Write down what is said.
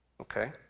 okay